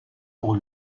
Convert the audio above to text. pour